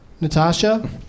Natasha